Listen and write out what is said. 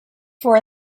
for